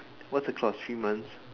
what's the clause three months